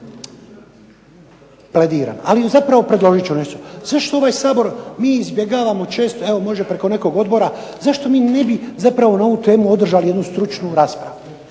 plediram, ali zapravo predložit ću nešto. Zašto ovaj Sabor, mi izbjegavamo često, evo može preko nekog odbora, zašto mi ne bi zapravo na ovu temu održali jednu stručnu raspravu,